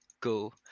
go